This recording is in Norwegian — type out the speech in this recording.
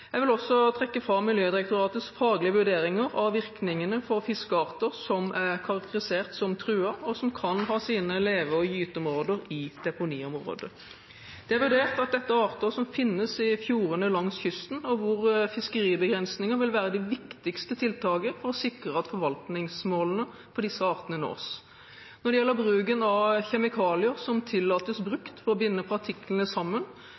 Jeg vil også trekke fram Miljødirektoratets faglige vurderinger av virkningene for fiskearter som er karakterisert som truet, og som kan ha sine leve- og gyteområder i deponiområdet. Det er vurdert at dette er arter som finnes i fjordene langs kysten, og hvor fiskeribegrensninger vil være det viktigste tiltaket for å sikre at forvaltningsmålene for disse artene nås. Når det gjelder kjemikalier som tillates brukt for å binde partiklene sammen,